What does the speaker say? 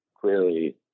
clearly